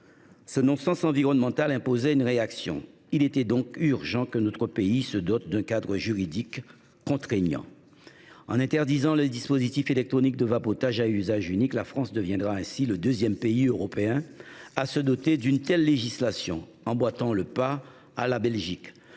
Ce non sens environnemental imposait une réaction. Il était donc urgent que notre pays se dote d’un cadre juridique contraignant. En interdisant les dispositifs électroniques de vapotage à usage unique, la France deviendra le deuxième pays européen à se doter d’une telle législation, emboîtant ainsi le pas à la Belgique.